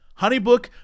HoneyBook